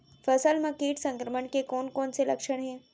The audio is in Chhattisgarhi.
फसल म किट संक्रमण के कोन कोन से लक्षण हे?